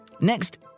next